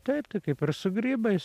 taip tai kaip ir su grybais